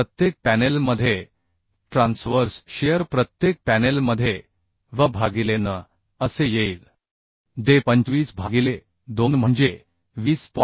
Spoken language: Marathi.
आता प्रत्येक पॅनेलमध्ये ट्रान्सवर्स शिअर प्रत्येक पॅनेलमध्ये V भागिले n असे येईल जे 25 भागिले 2 म्हणजे 20